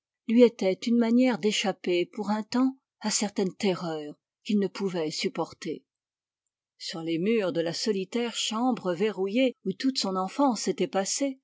lui étaient une manière d'échapper pour un temps à certaines terreurs qu'il ne pouvait supporter sur les murs de la solitaire chambre verrouillée où toute son enfance s'était passée